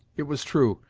it was true,